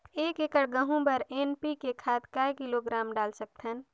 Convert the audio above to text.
एक एकड़ गहूं बर एन.पी.के खाद काय किलोग्राम डाल सकथन?